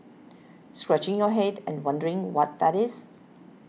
scratching your head and wondering what that is